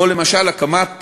או למשל הקמת